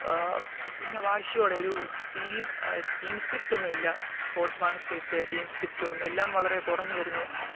പിന്നെ വാശിയോടെ ഒരു ടീം ടീം ടീം സ്പിരിറ്റ് ഒന്നുമില്ല സ്പോർട്സ്മാൻ സ്പിരിറ്റ് ടീം സ്പിരിറ്റ് ഒന്ന് എല്ലാം വളരെ കുറഞ്ഞു വരുന്നു